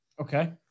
Okay